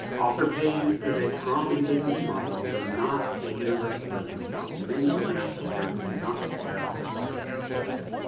author-pays is a common business model, although not a universal business model. many open access journals do not require author processing charges,